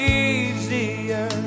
easier